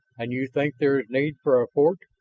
and you think there is need for a fort?